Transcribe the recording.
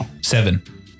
seven